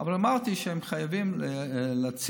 אבל אמרתי שהם חייבים להציב,